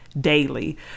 Daily